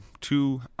two